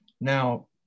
Now